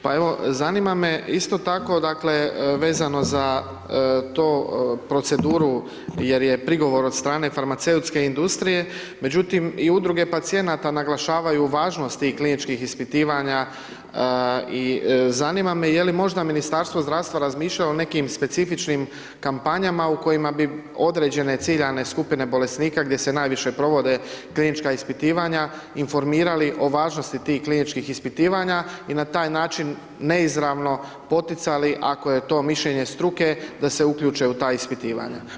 Pa evo zanima isto tako, dakle vezano za tu proceduru jer je prigovor od strane farmaceutske industrije međutim i udruge pacijenata naglašavaju važnost tih kliničkih ispitivanja i zanima me je li možda Ministarstvo zdravstvo razmišljalo o nekim specifičnim kampanjama u kojima bi određene ciljane skupine bolesnika gdje se najviše provode klinička ispitivanja, informirali o važnosti tih kliničkih ispitivanja i na taj način neizravno poticali ako je to mišljenje struke da se uključe u ta ispitivanja.